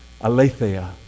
aletheia